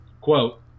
quote